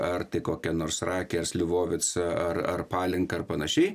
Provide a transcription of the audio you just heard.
ar tai kokią nors rakę ar slivovicą ar ar palinką ar panašiai